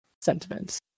sentiments